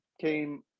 came